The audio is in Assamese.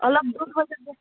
অলপ দূৰ হৈ যাব